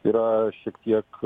yra šiek tiek